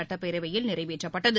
சுட்டப்பேரவையில் நிறைவேற்றப்பட்டது